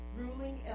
ruling